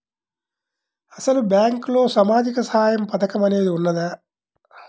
అసలు బ్యాంక్లో సామాజిక సహాయం పథకం అనేది వున్నదా?